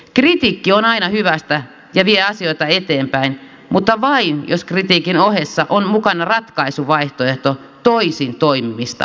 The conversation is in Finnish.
kritiikki on aina hyvästä ja vie asioita eteenpäin mutta vain jos kritiikin ohessa on mukana ratkaisuvaihtoehto toisin toimimista varten